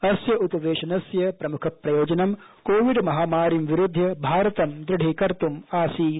अस्य उपवेशनस्य प्रमुख प्रयोजन कोविड महामारीं विरुध्य भारतं दृढीकर्त्म् आसीत्